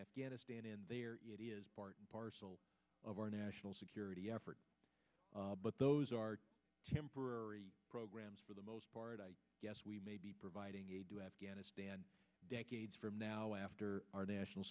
afghanistan and they are part and parcel of our national security effort but those are temporary programs for the most part i guess we may be providing aid to afghanistan decades from now after our national